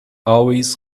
always